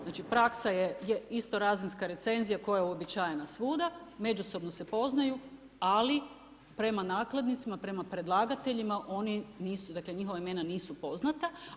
Znači praksa je isto razinska recenzija koja je uobičajena svuda, međusobno se poznaju, ali prema nakladnicima, prema predlagateljima, oni, njihova imena nisu poznata.